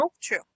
True